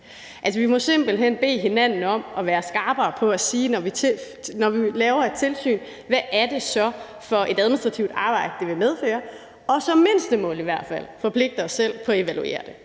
vi må simpelt hen bede hinanden om at være skarpere på at sige, når vi laver et tilsyn, hvad det er for et administrativt arbejde, det vil medføre, og som mindstemål i hvert fald forpligte os selv på at evaluere det.